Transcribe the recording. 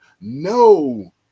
no